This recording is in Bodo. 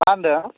मा होन्दों